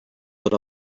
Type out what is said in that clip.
lit